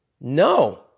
No